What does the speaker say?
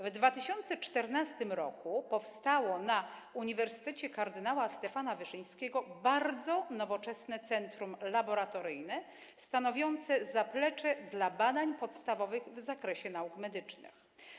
W 2014 r. na Uniwersytecie Kardynała Stefana Wyszyńskiego powstało bardzo nowoczesne centrum laboratoryjne stanowiące zaplecze dla badań podstawowych w zakresie nauk medycznych.